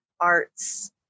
arts